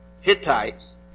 Hittites